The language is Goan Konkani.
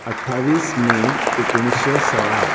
अठावीस मे दोन एकोणिशें सोळा